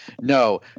no